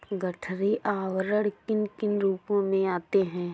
गठरी आवरण किन किन रूपों में आते हैं?